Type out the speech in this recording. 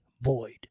void